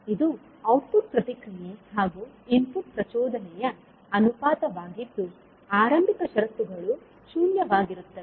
ಇದು ಔಟ್ಪುಟ್ ಪ್ರತಿಕ್ರಿಯೆ ಹಾಗೂ ಇನ್ಪುಟ್ ಪ್ರಚೋದನೆಯ ಅನುಪಾತವಾಗಿದ್ದು ಆರಂಭಿಕ ಷರತ್ತುಗಳು ಶೂನ್ಯವಾಗಿರುತ್ತವೆ